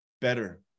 better